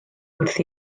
wrth